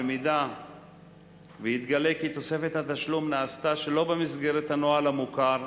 במידה שיתגלה כי תוספת התשלום נעשתה שלא במסגרת הנוהל המוכר,